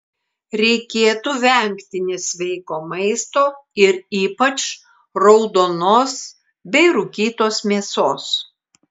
reikėtų vengti nesveiko maisto ir ypač raudonos bei rūkytos mėsos